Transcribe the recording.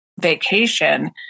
vacation